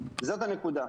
זאת הנקודה.